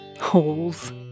Holes